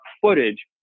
footage